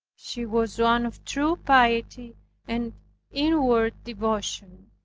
she was one of true piety and inward devotion.